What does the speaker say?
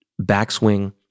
backswing